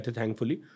thankfully